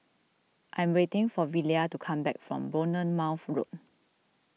I am waiting for Velia to come back from Bournemouth Road